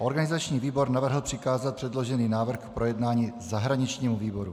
Organizační výbor navrhl přikázat předložený návrh k projednání zahraničnímu výboru.